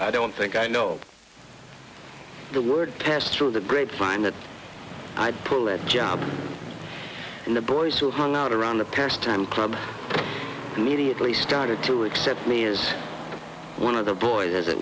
i don't think i know the word pass through the grapevine that i'd pull that job and the boys who hung out around the pair's time club immediately started to accept me as one of the boys as it